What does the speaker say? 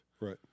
Right